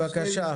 בבקשה.